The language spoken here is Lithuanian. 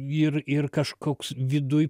ir ir kažkoks viduj